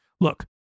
Look